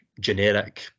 generic